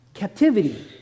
Captivity